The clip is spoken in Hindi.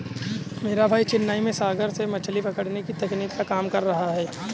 मेरा भाई चेन्नई में सागर से मछली पकड़ने की तकनीक पर काम कर रहा है